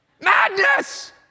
Madness